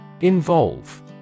Involve